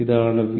ഇതാണ് V